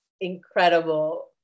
incredible